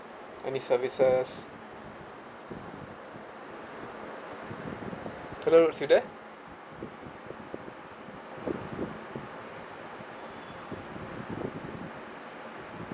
any services hello you there